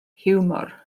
hiwmor